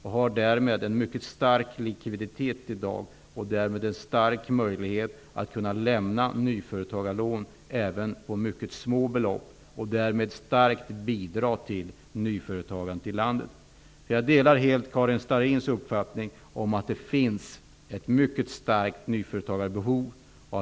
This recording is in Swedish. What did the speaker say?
De har därmed en mycket stark likviditet i dag och en stor möjlighet att kunna lämna nyföretagarlån även på mycket små belopp. Därmed kan de starkt bidra till nyföretagandet i landet. Jag delar helt Karin Starrins uppfattning att det finns ett mycket stort nyföretagarbehov.